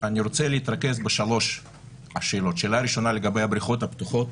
אני רוצה להתרכז בשלוש שאלות: שאלה ראשונה לגבי הבריכות הפתוחות.